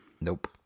Nope